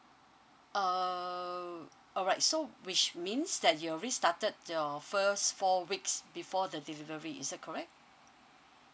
uh alright so which means that you already started your first four weeks before the delivery is it correct